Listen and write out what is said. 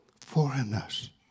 foreigners